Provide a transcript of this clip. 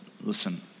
listen